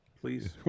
please